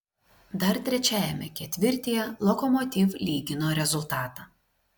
dar trečiajame ketvirtyje lokomotiv lygino rezultatą